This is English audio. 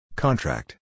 Contract